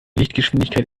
lichtgeschwindigkeit